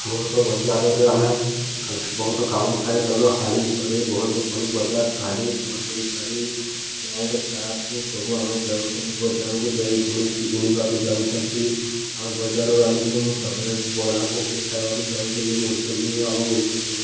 ବହୁତ ବଜାରରେ ଆମେ ବହୁତ କାମ ଥାଏ ତା'ପରେ ହାଣି ସରେଇ ବହୁତ ପନିପରିବା ଶାଢ଼ୀ ସମଲ୍ପୁରୀ ଶାଢ଼ୀ ପେଣ୍ଟ୍ ସାର୍ଟ୍ ସବୁ ଆମେ ଯାଉଛନ୍ତି ବଜାରକୁ ଯାଇ ଘିନିବାକୁ ଯାଉଛନ୍ତି ଆମେ ବଜାରରୁ ଆଣିଚୁଁ ତା'ପରେ ବରା ପକୁଡ଼ି ଖାଇବାକୁ ଯାଉଛନ୍ତି ମୃଶୁଣ୍ଡି ଆମ ଏକ କିଲୋମିଟର୍